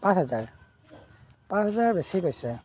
পাঁচ হাজাৰ পাঁচ হাজাৰ বেছি কৈছে